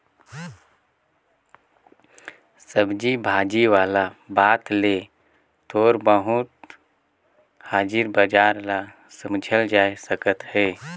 सब्जी भाजी वाला बात ले थोर बहुत हाजरी बजार ल समुझल जाए सकत अहे